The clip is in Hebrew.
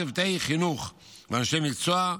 צוותי חינוך ואנשי מקצוע,